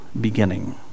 beginning